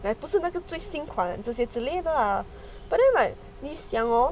那不是那个最新款这些之类的 lah but then like 你想 hor